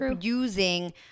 using